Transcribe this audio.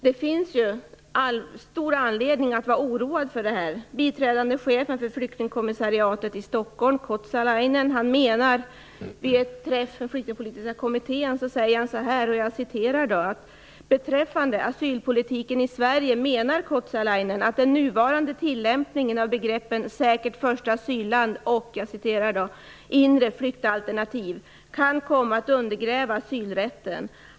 Det finns emellertid stor anledning att vara oroad över detta. Sverige att den nuvarande tillämpningen av begreppen "säkert första asylland" och "inre flyktalternativ" kan komma att undergräva asylrätten.